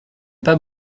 pas